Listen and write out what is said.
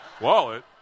Wallet